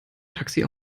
taxi